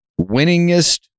winningest